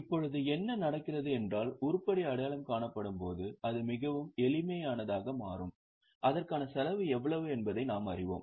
இப்போது என்ன நடக்கிறது என்றால் உருப்படி அடையாளம் காணப்படும்போது அது மிகவும் எளிமையானதாக மாறும் அதற்கான செலவு எவ்வளவு என்பதை நாம் அறிவோம்